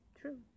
true